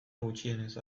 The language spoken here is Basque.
gutxienez